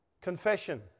Confession